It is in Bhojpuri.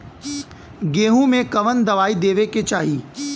गेहूँ मे कवन दवाई देवे के चाही?